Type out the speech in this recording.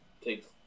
takes